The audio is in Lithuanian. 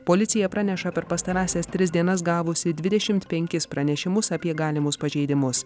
policija praneša per pastarąsias tris dienas gavusi dvidešim pranešimus apie galimus pažeidimus